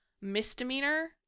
misdemeanor